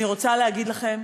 אני רוצה להגיד לכם